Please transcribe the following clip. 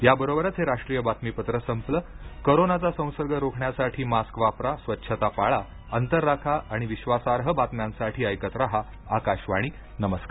याबरोबरच हे राष्ट्रीय बातमीपत्र संपलं कोरोनाचा संसर्ग रोखण्यासाठी मास्क वापरा स्वच्छता पाळा अंतर राखा आणि विश्वासार्ह बातम्यांसाठी ऐकत रहा आकाशवाणी नमस्कार